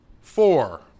four